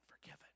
forgiven